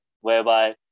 whereby